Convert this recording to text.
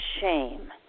shame